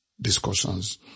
discussions